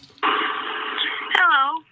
Hello